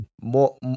more